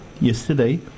yesterday